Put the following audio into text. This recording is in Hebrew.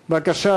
בבקשה,